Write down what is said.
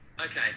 okay